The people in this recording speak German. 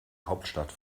hauptstadt